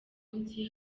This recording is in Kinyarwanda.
munsi